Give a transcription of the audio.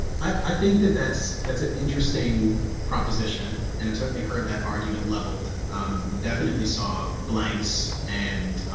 i think that that's that's an interesting proposition and i've certainly heard that argument leveled um, definitely saw blanks and